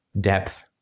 depth